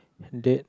date